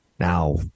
Now